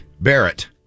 Barrett